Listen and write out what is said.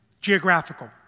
geographical